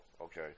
okay